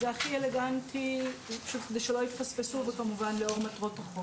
זה הכי אלגנטי ושלא יפספסו לאור מטרות החוק.